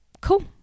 Cool